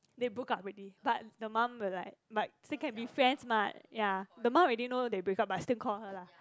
they broke up already but the mum will like but still can be friends mah ya the mum ready know they break up but still call her lah